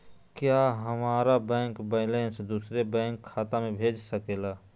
क्या हमारा bank balance दूसरे बैंक खाता में भेज सके ला?